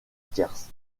tierce